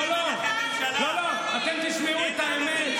לא לא, אתם תשמעו את האמת.